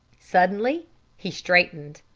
suddenly he straightened.